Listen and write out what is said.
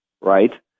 right